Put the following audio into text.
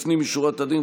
לפנים משורת הדין,